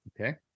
Okay